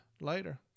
later